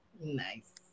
nice